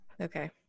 Okay